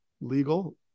legal